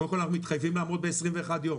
קודם כל אנחנו מתחייבים לעמוד ב-21 יום